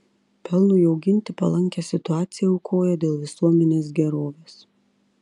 pelnui auginti palankią situaciją aukoja dėl visuomenės gerovės